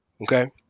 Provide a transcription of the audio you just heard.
okay